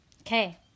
Okay